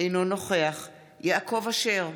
אינו נוכח יעקב אשר,